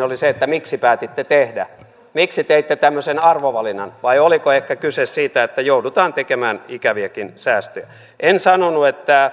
oli se miksi päätitte tehdä miksi teitte tämmöisen arvovalinnan vai oliko ehkä kyse siitä että joudutaan tekemään ikäviäkin säästöjä en sanonut että